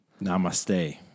Namaste